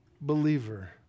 believer